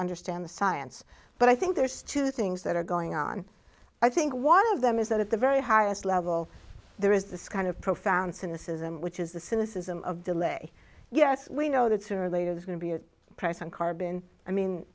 understand the science but i think there's two things that are going on i think one of them is that at the very highest level there is this kind of profound cynicism which is the cynicism of delay yes we know that sooner or later there's going to be